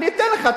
אני אתן לך.